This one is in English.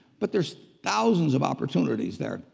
but there's thousands of opportunities there.